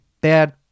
bad